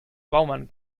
baumann